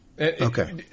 Okay